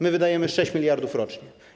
My wydajemy 6 mld rocznie.